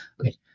okay